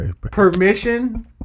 permission